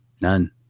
None